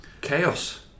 Chaos